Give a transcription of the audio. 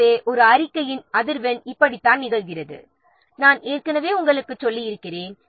ஆகவே ஒரு அறிக்கையின் அதிர்வெண் இப்படித்தான் நிகழ்கிறது நாம் ஏற்கனவே உங்களுக்குச் சொல்லியிருக்கிறோம்